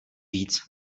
víc